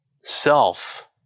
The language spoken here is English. Self